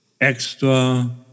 extra